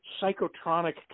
psychotronic